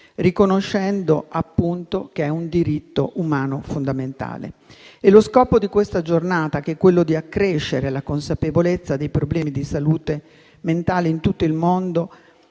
riconoscendo che è un diritto umano fondamentale. Lo scopo di questa Giornata è quello di accrescere la consapevolezza dei problemi di salute mentale in tutto il mondo,